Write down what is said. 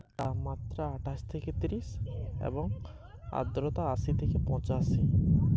ধান চাষে সর্বোচ্চ তাপমাত্রা কত এবং আর্দ্রতা কত প্রয়োজন?